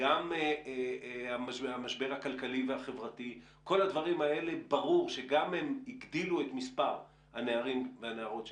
והמשבר הכלכלי-חברתי הגדילו את מספר הנערים והנערות בסיכון,